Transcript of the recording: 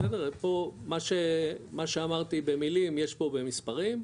פה מה שאמרתי במילים, יש פה במספרים,